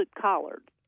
collard